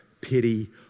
pity